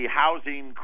housing